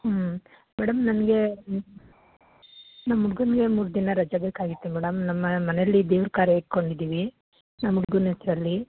ಹ್ಞೂ ಮೇಡಮ್ ನಮಗೆ ನಮ್ಮ ಹುಡುಗನ್ಗೆ ಮೂರು ದಿನ ರಜೆ ಬೇಕಾಗಿತ್ತು ಮೇಡಮ್ ನಮ್ಮ ಮನೇಲಿ ದೇವ್ರ ಕಾರ್ಯ ಇಟ್ಕೊಂಡಿದೀವಿ ನಮ್ಮ ಹುಡ್ಗುನ್ ಹೆಸರಲ್ಲಿ